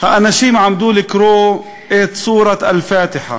האנשים עמדו לקרוא את סורת אל-פאתחה,